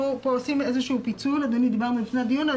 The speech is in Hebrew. כאן אנחנו עושים איזשהו פיצול עליו דיברנו לפני הדיון.